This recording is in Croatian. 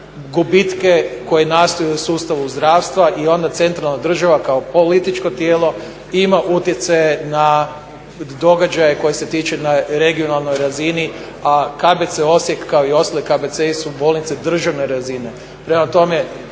gubitke koji nastaju u sustavu zdravstva i onda centralna država kao političko tijelo ima utjecaja na događaje koji se tiču na regionalnoj razini, a KBC Osijek kao i ostali KBC-i su bolnice državne razine.